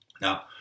Now